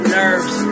nerves